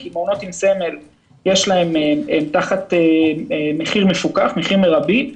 שהם תחת מחיר מרבי,